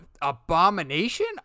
Abomination